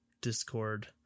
Discord